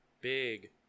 Big